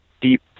deep